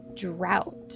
Drought